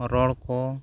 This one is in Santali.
ᱨᱚᱲᱠᱚ